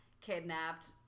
kidnapped